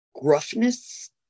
gruffness